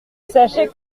sachez